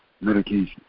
medication